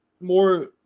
more